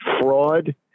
fraud